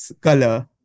color